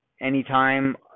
anytime